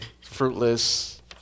fruitless